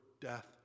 death